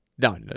No